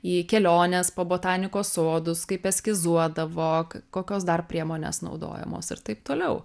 į keliones po botanikos sodus kaip eskizuodavo kokios dar priemonės naudojamos ir taip toliau